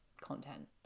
content